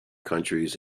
countries